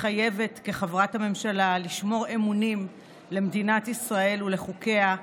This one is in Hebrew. מתחייב כחבר הממשלה לשמור אמונים למדינת ישראל ולחוקיה,